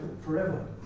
forever